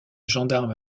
gendarme